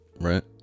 right